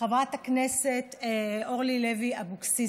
חברת הכנסת אורלי לוי אבקסיס,